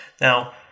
Now